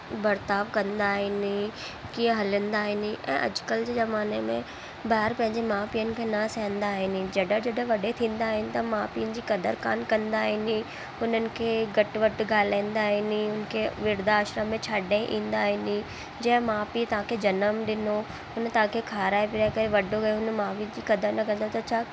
बर्ताव कंदा आहिनि कीअं हलंदा आहिनि ऐं अॼु कल्ह जे ज़माने में ॿार पंहिंजे मां पीअनि खे न सहंदा आहिनि जॾहिं जॾहिं वॾे थींदा आहिनि त माउ पीअनि जी क़दरु कान कंदा आहिनि हुननि खे घटि वधि ॻाल्हाईंदा आहिनि हुन खे वृद्धाश्रम में छॾे ईंदा आहिनि जंहिं माउ पीउ तव्हांखे जनमु ॾिनो हुन तव्हांखे खाराए पीआरे करे वॾो कयो हुन माउ पीउ जी क़दरु न कंदव त छा